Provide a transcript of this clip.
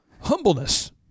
humbleness